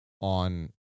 on